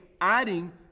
adding